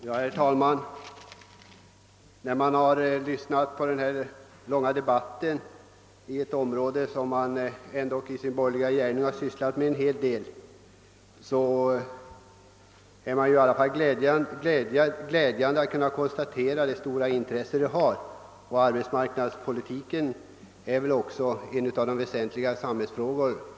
Herr talman! När jag lyssnat på denna långa debatt, som gäller ett område som jag i min borgerliga gärning ägnat mig en hel del åt, har jag glatt mig åt att kunna konstatera det stora intresse som föreligger. Arbetsmarknadspolitiken är väl också en av våra väsentliga samhällsfrågor.